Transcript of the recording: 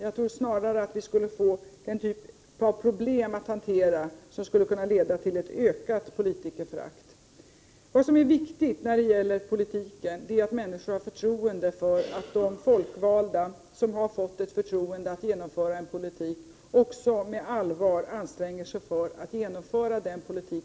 Jag tror snarare att vi skulle få en typ av problem att hantera som skulle kunna leda till ett ökat politikerförakt. Vad som är viktigt i politiken är att människor har tilltro till att de folkvalda, som har fått ett förtroende att genomföra en politik, också med allvar anstränger sig för att genomföra denna.